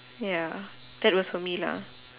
ya that was for me lah